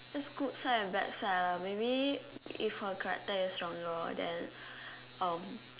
that's good side and bad side lah maybe if her character is stronger then um